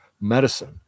medicine